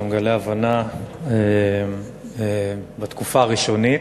אתה מגלה הבנה בתקופה הראשונית.